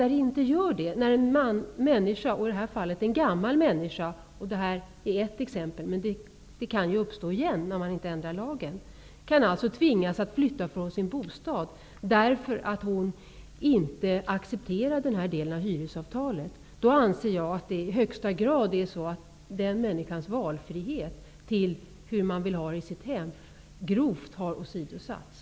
Men jag tänker på fall där det inte är så. I det här fallet gäller det en gammal människa som tvingas flytta från sin bostad därför att hon inte accepterar denna del av hyresavtalet. Sådana fall kan ju uppstå igen, om man inte ändrar lagen. Jag anser att den människans valfrihet när det gäller hur man vill ha det i sitt hem i allra högsta grad grovt åsidosatts.